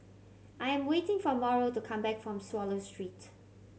I am waiting for Mauro to come back from Swallow Street